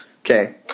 okay